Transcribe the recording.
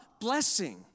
blessing